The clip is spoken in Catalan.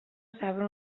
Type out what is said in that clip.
saben